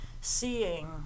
seeing